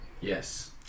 Yes